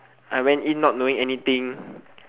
I went in not knowing anything